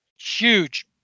huge